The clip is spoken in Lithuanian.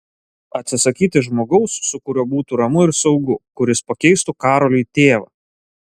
atsisakyti žmogaus su kuriuo būtų ramu ir saugu kuris pakeistų karoliui tėvą